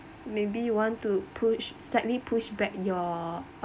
maybe want to push slightly pushback your